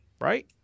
right